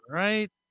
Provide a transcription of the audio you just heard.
right